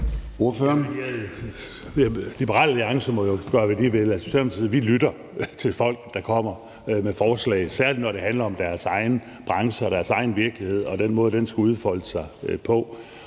Liberal Alliance må jo gøre, hvad de vil. Socialdemokratiet lytter til folk, der kommer med forslag, især når det her handler om deres egen branche og deres egen virkelighed og den måde, den skal udfolde sig på.